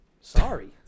Sorry